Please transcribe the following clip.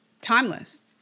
timeless